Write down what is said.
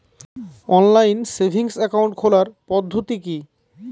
Online savings account খোলার পদ্ধতি কি?